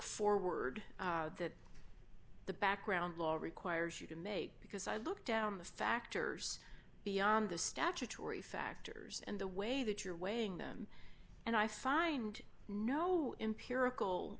forward that the background law requires you to make because i look down the factors beyond the statutory factors and the way that you're weighing them and i find no empirical